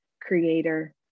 creator